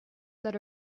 that